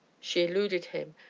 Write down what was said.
she eluded him,